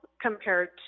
compared